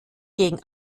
gegen